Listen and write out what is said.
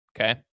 okay